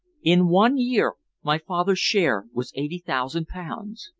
in one year my father's share was eighty thousand pounds.